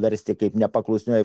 versti kaip nepaklusnioji